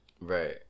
Right